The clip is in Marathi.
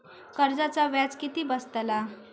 कर्जाचा व्याज किती बसतला?